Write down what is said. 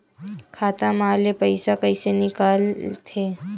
खाता मा ले पईसा कइसे निकल थे?